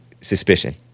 suspicion